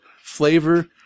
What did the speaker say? Flavor